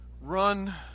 run